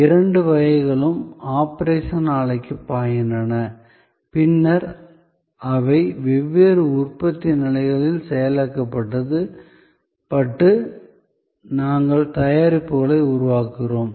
இரண்டு வகைகளும் ஆபரேஷன் ஆலைக்கு பாய்கின்றன பின்னர் அவை வெவ்வேறு உற்பத்தி நிலைகளில் செயலாக்கப்பட்டு நாங்கள் தயாரிப்புகளை உருவாக்குகிறோம்